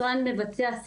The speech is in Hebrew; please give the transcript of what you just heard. הכללית.